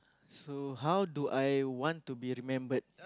so how do I want to be remembered